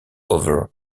over